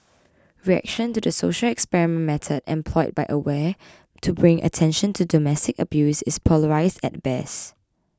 reaction to the social experiment method employed by Aware to bring attention to domestic abuse is polarised at best